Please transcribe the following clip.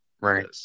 right